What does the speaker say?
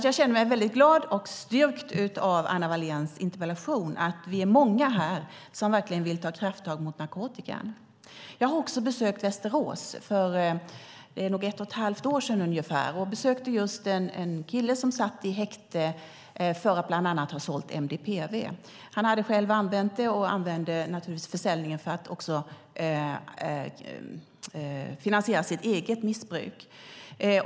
Jag känner mig väldigt glad och styrkt av Anna Walléns interpellation och att vi är många här som verkligen vill ta krafttag mot narkotikan. Jag har också besökt Västerås. Det är nog ett och ett halvt år sedan ungefär. Jag besökte en kille som satt i häkte för att bland annat ha sålt MDPV. Han hade själv använt det och använde naturligtvis försäljning för att finansiera sitt eget missbruk.